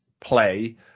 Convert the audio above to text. play